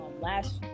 last